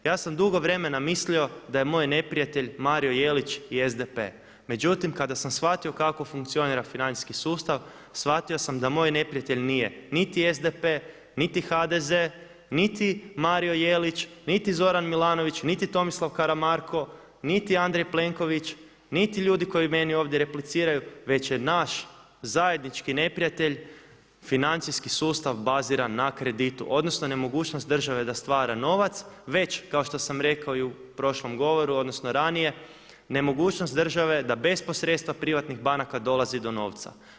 Ja sam dugo vremena mislio da je moj neprijatelj Mario Jelić i SDP, međutim kada sam shvatio kako funkcionira financijski sustav shvatio sam da moj neprijatelj nije niti SDP niti HDZ niti Mario Jelić, niti Zoran Milanović, niti Tomislav Karamarko, niti Andrej Plenković, niti ljudi koji meni ovdje repliciraju, već je naš zajednički neprijatelj financijski sustav baziran na kreditu odnosno nemogućnost države da stvara novac već kao što sam rekao i prošlom govoru odnosno raznije nemogućnost države da bez posredstva privatnih banaka dolazi do novca.